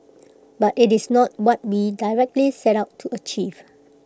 but IT is not what we directly set out to achieve